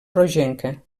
rogenca